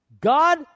God